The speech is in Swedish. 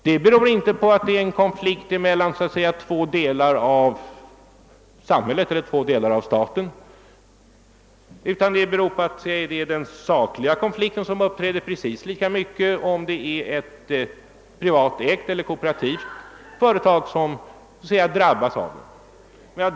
Att det kan uppstå en konflikt beror inte på att staten här har två funktioner. En sådan saklig konflikt kan också inträffa om det är ett privatägt eller kooperativt företag som drabbas.